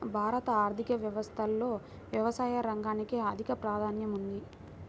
భారత ఆర్థిక వ్యవస్థలో వ్యవసాయ రంగానికి అధిక ప్రాధాన్యం ఉంది